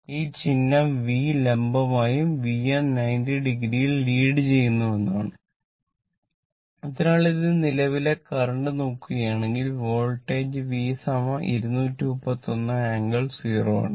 ഈ ചിഹ്നം V ലംബമായും V യെ 90 o ഇൽ ലീഡ് ചെയുന്നു എന്നുമാണ് അതിനാൽ ഇത് നിലവിൽ കറന്റ് നോക്കുകയാണെങ്കിൽ വോൾട്ടേജ് V 231 ∟ 0 o ആണ്